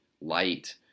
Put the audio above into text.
light